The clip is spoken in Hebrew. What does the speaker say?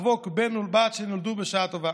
לחבוק בן או בת שנולדו בשעה טובה.